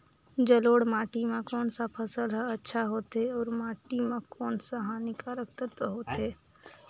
जलोढ़ माटी मां कोन सा फसल ह अच्छा होथे अउर माटी म कोन कोन स हानिकारक तत्व होथे?